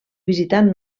visitant